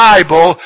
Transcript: Bible